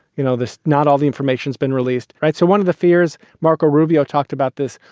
you know, this not all the information's been released. right. so one of the fears, marco rubio talked about this,